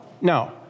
no